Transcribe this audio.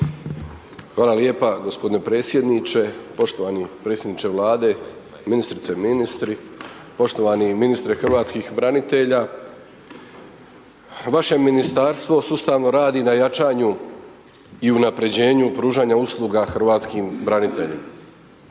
Hvala lijepa g. predsjedniče, poštovani predsjedniče Vlade, ministrice i ministri. Poštovani ministre hrvatskih branitelja, vaše Ministarstvo sustavno radi na jačanju i unapređenju pružanja usluga hrvatskim braniteljima.